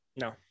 No